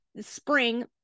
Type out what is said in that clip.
spring